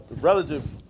relative